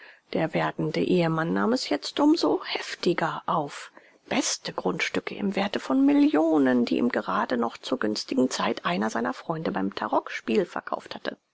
der werdende ehemann nahm es jetzt umso heftiger auf beste grundstücke im werte von millionen die ihm gerade noch zur günstigen zeit einer seiner freunde beim tarockspiel verkauft hatte